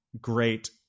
great